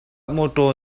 mawtaw